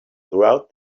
throughout